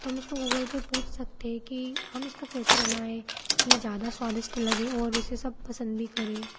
तो हम उसको गूगल पर पूछ सकते हैं कि हम इसको कैसे बनाएं कि ये ज़्यादा स्वादिष्ट लगे ओर इसे सब पसंद भी करें